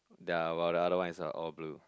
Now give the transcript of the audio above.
yea but the other one is the all blue